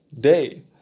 day